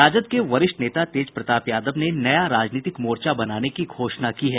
राजद के वरिष्ठ नेता तेज प्रताप यादव ने नया राजनीतिक मोर्चा बनाने की घोषणा की है